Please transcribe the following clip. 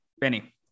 Benny